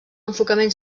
enfocament